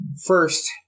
first